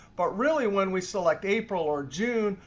but really when we select april or june,